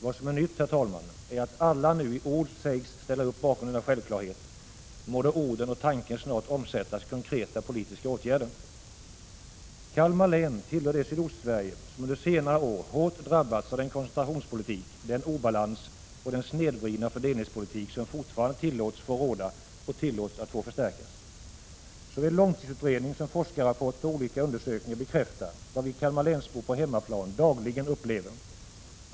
Vad som är nytt, herr talman, är att alla nu i ord ställer upp bakom denna självklarhet. Må då orden och tanken snart omsättas i konkreta politiska åtgärder! Kalmar län tillhör Sydostsverige, under senare år hårt drabbat av den koncentrationspolitik, den obalans och den snedvridna fördelningspolitik som fortfarande tillåts få råda och tillåts att få förstärkas. Såväl långtidsutredning som forskarrapporter och olika undersökningar bekräftar vad vi Kalmar län-bor på hemmaplan dagligen upplever.